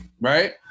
right